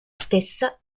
stessa